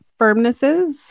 firmnesses